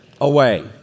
away